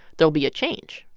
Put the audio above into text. there'll be a change,